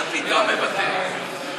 מה פתאום מוותר?